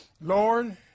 Lord